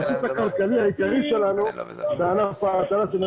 אני רוצה להפריך את האקסיומה הזאת, ששר